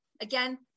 again